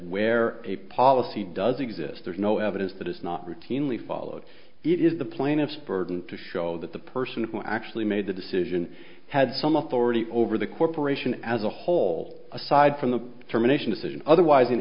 where a policy does exist there's no evidence that it's not routinely followed it is the plaintiff's burden to show that the person who actually made the decision had some of the already over the corporation as a whole aside from the termination decision otherwise in